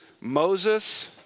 Moses